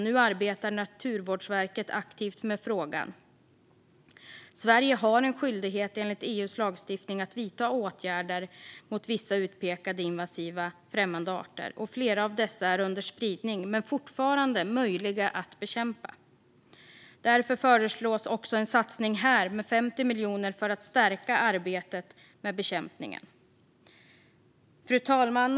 Nu arbetar Naturvårdsverket aktivt med frågan. Sverige har en skyldighet enligt EU:s lagstiftning att vidta åtgärder mot vissa utpekade invasiva främmande arter. Flera av dessa är under spridning men fortfarande möjliga att bekämpa. Därför föreslås också en satsning här med 50 miljoner kronor för att stärka arbetet med bekämpningen. Fru talman!